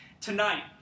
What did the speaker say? Tonight